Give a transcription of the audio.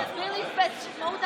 תסביר לי את מהות ההשוואה.